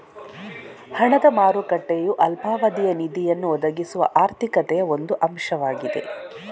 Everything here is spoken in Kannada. ಹಣದ ಮಾರುಕಟ್ಟೆಯು ಅಲ್ಪಾವಧಿಯ ನಿಧಿಯನ್ನು ಒದಗಿಸುವ ಆರ್ಥಿಕತೆಯ ಒಂದು ಅಂಶವಾಗಿದೆ